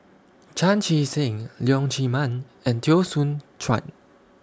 Chan Chee Seng Leong Chee Mun and Teo Soon Chuan